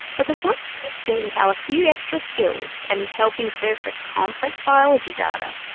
because once you see how a few extra skills can help interpret complex biological data,